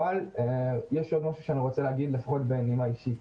אבל יש משהו שאני רוצה להגיד בנימה אישית: